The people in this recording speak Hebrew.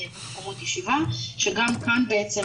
בקפסולה ולכן חשוב שגם המדריך והנהג